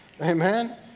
Amen